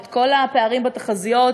את כל הפערים בתחזיות,